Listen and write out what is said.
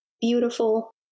Beautiful